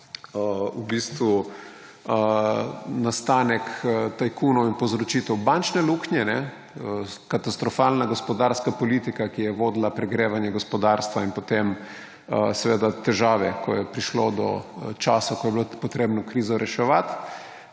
zaznamoval nastanek tajkunov in povzročitev bančne luknje, katastrofalna gospodarska politika, ki je vodila v pregrevanje gospodarstva, in potem težave, ko je prišlo do časov, ko je bilo treba krizo reševati.